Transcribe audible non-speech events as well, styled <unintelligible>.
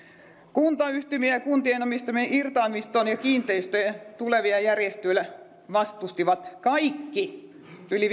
kuntayhtymien ja kuntien omistamien irtaimistojen ja kiinteistöjen tulevia järjestelyjä vastustivat kaikki yli <unintelligible>